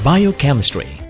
Biochemistry